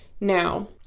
now